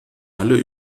alle